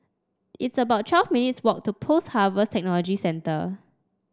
it's about twelve minutes' walk to Post Harvest Technology Centre